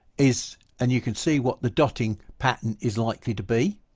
is and you can see what the dotting pattern is likely to be,